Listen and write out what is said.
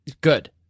good